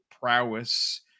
prowess